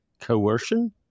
coercion